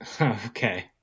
Okay